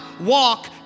walk